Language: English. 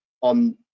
on